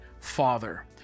Father